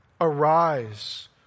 Arise